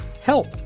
help